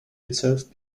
itself